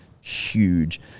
Huge